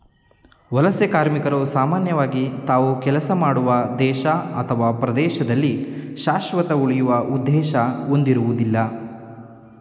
ವಲಸೆ ಕಾರ್ಮಿಕರು ಸಾಮಾನ್ಯವಾಗಿ ತಾವು ಕೆಲಸ ಮಾಡುವ ದೇಶ ಅಥವಾ ಪ್ರದೇಶದಲ್ಲಿ ಶಾಶ್ವತವಾಗಿ ಉಳಿಯುವ ಉದ್ದೇಶ ಹೊಂದಿರುವುದಿಲ್ಲ